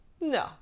No